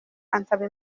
ansaba